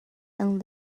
and